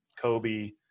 Kobe